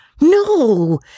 No